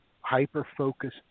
hyper-focused